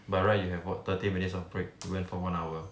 by right you have what thirty minutes of break you went for one hour